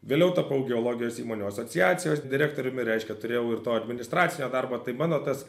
vėliau tapau geologijos įmonių asociacijos direktoriumi reiškia turėjau ir to administracinio darbo tai mano tas